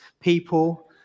people